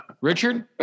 Richard